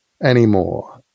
anymore